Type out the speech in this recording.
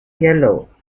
yellow